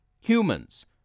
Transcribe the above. humans